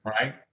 Right